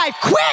Quit